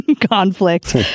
Conflict